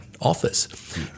office